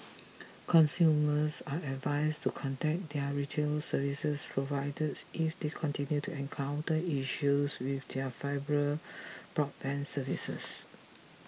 consumers are advised to contact their retail service providers if they continue to encounter issues with their fibre broadband services